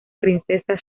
princesa